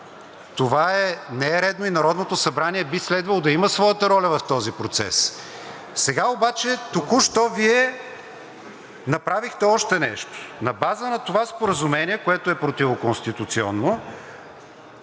това не е редно и Народното събрание би следвало да има своята роля в този процес. Сега обаче току-що Вие направихте още нещо. На база на това споразумение, което е противоконституционно,